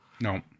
No